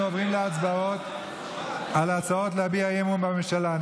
אנחנו עוברים להצבעות על ההצעות להביע אי-אמון בממשלה.